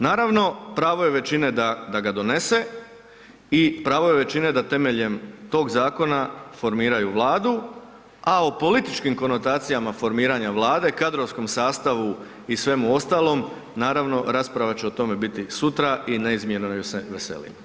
Naravno, pravo je većine da ga donese i pravo je većine da temeljem tog zakona formiraju Vladu a o političkim konotacijama formiranja Vlade, kadrovskom sastavu i svemu ostalom, naravno, rasprava će o tome biti sutra i neizmjerno joj se veselim.